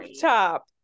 top